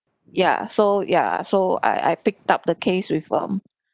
ya so ya so I I picked up the case with um